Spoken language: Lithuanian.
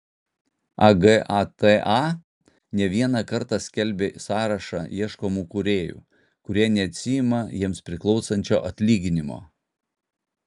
agata ne vieną kartą skelbė sąrašą ieškomų kūrėjų kurie neatsiima jiems priklausančio atlyginimo